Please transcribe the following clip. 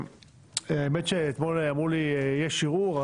האמת היא שאתמול אמרו לי שיש ערעור,